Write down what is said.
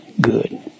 good